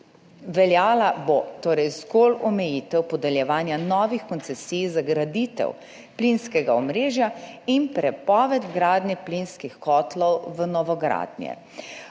Veljala bo torej zgolj omejitev podeljevanja novih koncesij za graditev plinskega omrežja in prepoved gradnje plinskih kotlov v novogradnje.